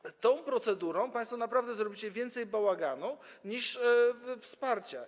I tą procedurą państwo naprawdę zrobicie więcej bałaganu niż wsparcia.